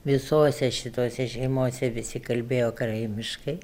visose šitose šeimose visi kalbėjo karaimiškai